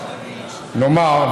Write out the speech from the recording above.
נאמר,